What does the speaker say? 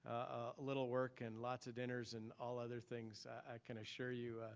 ah little work and lots of dinners and all other things, i can assure you,